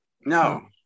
No